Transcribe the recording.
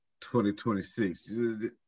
2026